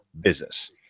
business